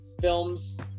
films